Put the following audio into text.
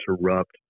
interrupt